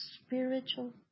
spiritual